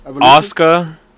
Oscar